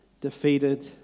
defeated